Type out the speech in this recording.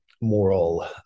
moral